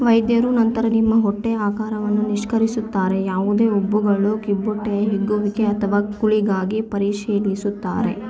ವೈದ್ಯರು ನಂತರ ನಿಮ್ಮ ಹೊಟ್ಟೆಯ ಆಕಾರವನ್ನು ನಿಷ್ಕರ್ಷಿಸುತ್ತಾರೆ ಯಾವುದೇ ಉಬ್ಬುಗಳು ಕಿಬ್ಬೊಟ್ಟೆಯ ಹಿಗ್ಗುವಿಕೆ ಅಥವಾ ಕುಳಿಗಾಗಿ ಪರಿಶೀಲಿಸುತ್ತಾರೆ